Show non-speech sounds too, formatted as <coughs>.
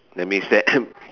that's means that <coughs>